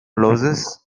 louses